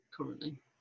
currently